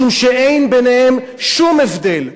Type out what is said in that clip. משום שאין ביניהם שום הבדל.